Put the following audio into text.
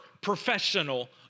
professional